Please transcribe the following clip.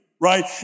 right